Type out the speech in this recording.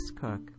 Cook